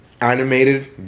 animated